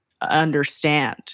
understand